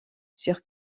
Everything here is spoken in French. sur